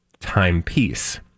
timepiece